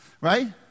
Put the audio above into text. right